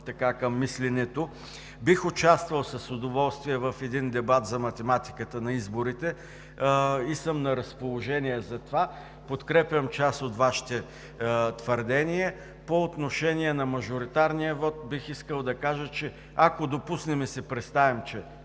към мисленето. Бих участвал с удоволствие в един дебат за математиката на изборите и съм на разположение за това. Подкрепям част от Вашите твърдения. По отношение на мажоритарния вот бих искал да кажа, че ако допуснем и си представим, че